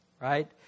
Right